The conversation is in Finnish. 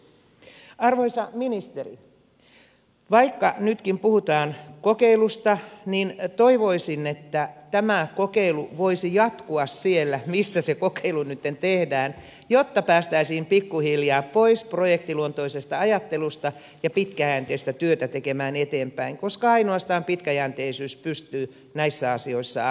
arvoisa ministeri vaikka nytkin puhutaan kokeilusta niin toivoisin että tämä kokeilu voisi jatkua siellä missä se kokeilu nytten tehdään jotta päästäisiin pikkuhiljaa pois projektiluontoisesta ajattelusta ja pitkäjänteistä työtä tekemään eteenpäin koska ainoastaan pitkäjänteisyys pystyy näissä asioissa auttamaan